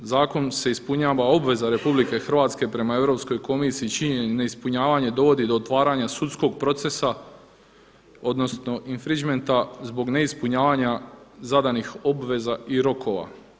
Zakonom se ispunjava obveza RH prema Europskog komisiji čije neispunjavanje dovodi do otvaranja sudskog procesa odnosno infringmenta zbog neispunjavanja zadanih obveza i rokova.